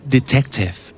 Detective